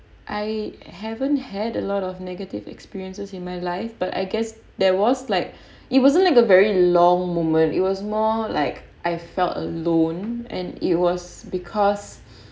I haven't had a lot of negative experiences in my life but I guess there was like it wasn't like a very long moment it was more like I felt alone and it was because